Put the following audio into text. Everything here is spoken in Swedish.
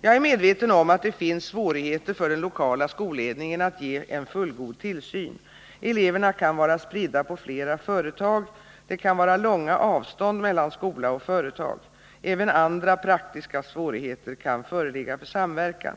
Jag är medveten om att det finns svårigheter för den lokala skolledningen att ge en fullgod tillsyn. Eleverna kan vara spridda på flera företag. Det kan vara långa avstånd mellan skola och företag. Även andra praktiska svårigheter kan föreligga för samverkan.